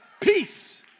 peace